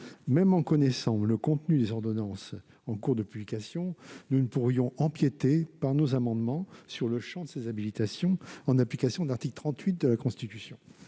même si nous connaissions le contenu des ordonnances en cours de publication, nous ne pourrions empiéter, par nos amendements, sur le champ de ces habilitations, en application de l'article 38 de la Constitution.